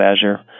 Azure